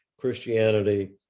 Christianity